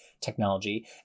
technology